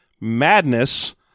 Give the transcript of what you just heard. madness